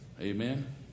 Amen